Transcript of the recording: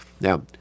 Now